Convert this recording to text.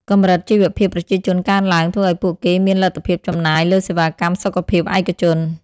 កម្រិតជីវភាពប្រជាជនកើនឡើង ធ្វើឱ្យពួកគេមានលទ្ធភាពចំណាយលើសេវាកម្មសុខភាពឯកជន។